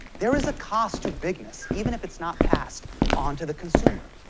there is a cost to bigness, even if it's not passed onto the consumer.